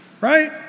Right